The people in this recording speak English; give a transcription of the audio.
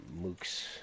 mooks